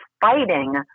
fighting